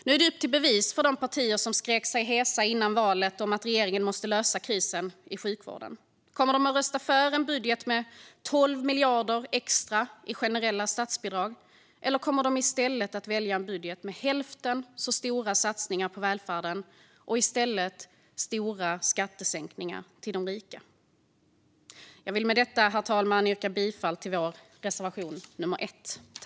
Nu är det upp till bevis för de partier som skrek sig hesa före valet om att regeringen måste lösa krisen i sjukvården. Kommer de att rösta för en budget med 12 miljarder extra i generella statsbidrag, eller kommer de i stället att välja en budget med hälften så stora satsningar på välfärden och stora skattesänkningar till de rika? Jag vill med detta, herr talman, yrka bifall till vår reservation nummer 1.